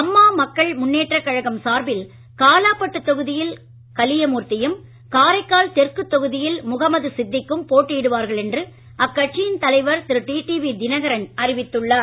அம்மா மக்கள் முன்னேற்ற கழகம் சார்பில் காலாப்பட்டு தொகுதியில் கலியமூர்ததியும் காரைக்கால் தெற்கு தொகுதியில் முகமது சித்திக் கும் போட்டியிடுவார்கள் என்று அக்கட்சியின் தலைவர் திரு டிடிவி தினகரன் அறிவித்துள்ளார்